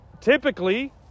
typically